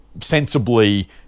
sensibly